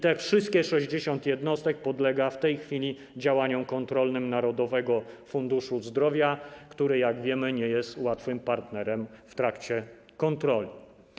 Te 60 jednostek podlega w tej chwili działaniom kontrolnym Narodowego Funduszu Zdrowia, który, jak wiemy, nie jest łatwym partnerem w trakcie kontroli.